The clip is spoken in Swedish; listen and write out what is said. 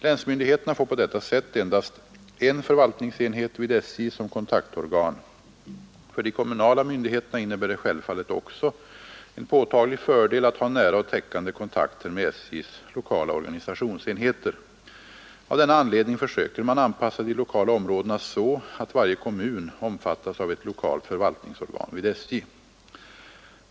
Länsmyndigheterna får på detta sätt endast en förvaltningsenhet vid SJ som kontaktorgan. För de kommunala myndigheterna innebär det självfallet också en påtaglig fördel att ha nära och täckande kontakter med SJ:s lokala organisationsenheter. Av denna anledning försöker man anpassa de lokala områdena så att varje kommun omfattas av ett lokalt förvaltningsorgan vid SJ.